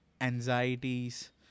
anxieties